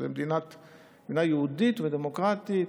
זו מדינה יהודית ודמוקרטית,